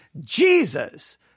Jesus